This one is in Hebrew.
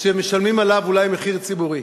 שמשלמים עליו אולי מחיר ציבורי.